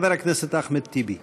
חבר הכנסת אחמד טיבי.